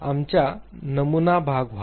आमच्या नमुना भाग व्हा